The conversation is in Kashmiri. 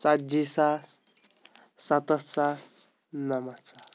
ژَتجی ساس سَتَتھ ساس نَمتھ ساس